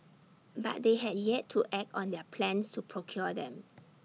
but they had yet to act on their plans to procure them